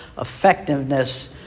Effectiveness